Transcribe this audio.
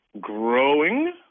Growing